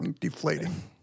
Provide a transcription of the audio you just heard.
deflating